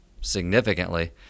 significantly